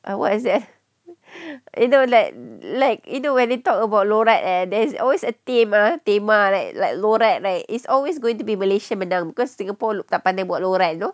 ah what is that either let like either when they talk about loghat eh there's always a tema tema like like loghat like is always going to be malaysia menang because singapore tak pandai buat loghat you know